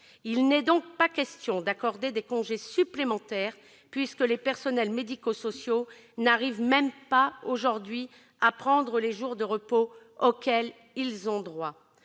Il n'est donc pas question d'accorder des congés supplémentaires, puisque les personnels médico-sociaux n'arrivent même pas aujourd'hui à prendre les jours de repos auxquels ils ont droit.